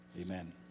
Amen